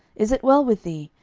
is it well with thee?